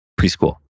preschool